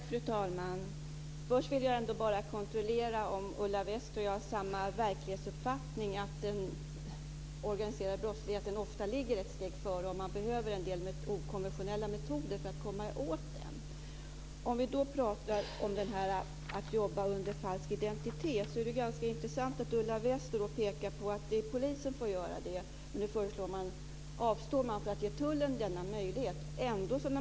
Fru talman! Först vill jag kontrollera om Ulla Wester och jag har samma verklighetsuppfattning, att den organiserade brottsligheten ofta ligger ett steg före. Man behöver använda okonventionella metoder för att komma åt den. Vi har talat om möjligheten att arbeta under falsk identitet. Ulla Wester pekar på att polisen får göra det. Nu avstår man från att ge tullen den möjligheten.